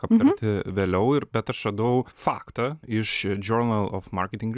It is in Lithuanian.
aptarti vėliau ir bet aš radau faktą iš journal of marketing